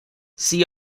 see